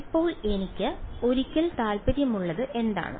ഇപ്പോൾ എനിക്ക് ഒടുവിൽ താൽപ്പര്യമുള്ളത് എന്താണ്